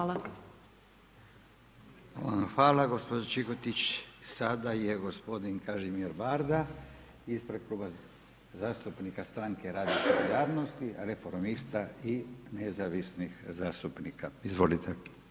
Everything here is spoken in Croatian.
Hvala gospođo Čikotić, sada je gospodin Kažimir Varda ispred Kluba zastupnika Stranke rada i solidarnosti, reformista i nezavisnih zastupnika, izvolite.